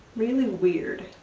really weird?